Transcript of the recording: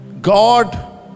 God